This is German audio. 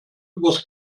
übers